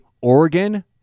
oregon